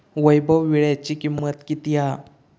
वैभव वीळ्याची किंमत किती हा?